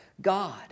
God